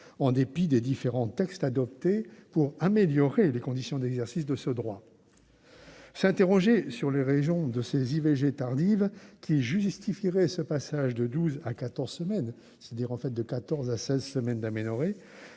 en dépit des différents textes adoptés pour améliorer les conditions d'exercice de ce droit ? S'interroger sur les raisons de ces IVG tardives, qui justifieraient le passage de douze à quatorze semaines- c'est-à-dire de quatorze à seize semaines d'aménorrhée